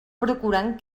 procurant